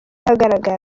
ahagaragara